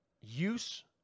use